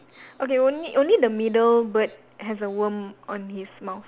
okay only only the middle bird has a worm on his mouth